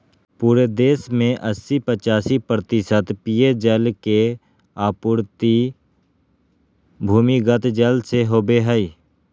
पूरे देश में अस्सी पचासी प्रतिशत पेयजल के आपूर्ति भूमिगत जल से होबय हइ